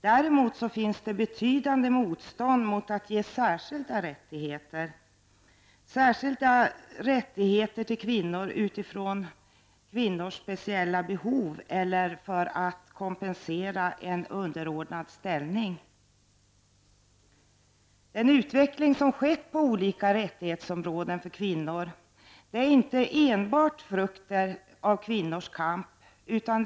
Däremot finns betydande motstånd mot att ge särskilda rättigheter till kvinnor utifrån kvinnors speciella behov eller för att kompensera en underordnad ställning. Den utveckling som skett på olika rättighetsområden för kvinnor är inte enbart frukten av kvinnors kamp.